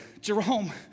Jerome